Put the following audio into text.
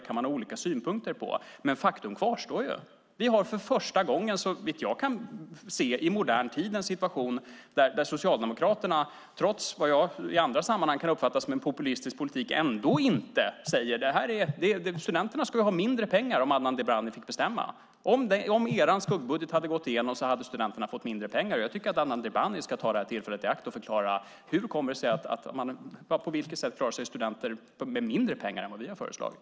Man kan ha olika synpunkter där. Men faktum kvarstår: För första gången i modern tid har vi, såvitt jag kan se, en situation där Socialdemokraterna trots vad jag i andra sammanhang kan uppfatta som en populistisk politik inte säger . Studenterna ska ju ha mindre pengar om Adnan Dibrani får bestämma. Om er skuggbudget hade gått igenom hade studenterna fått mindre pengar. Jag tycker att Adnan Dibrani ska ta tillfället i akt och förklara på vilket sätt studenterna klarar sig med mindre pengar än vi har föreslagit.